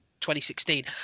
2016